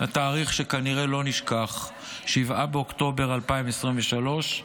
תאריך שכנראה לא נשכח, 7 באוקטובר 2023,